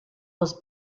was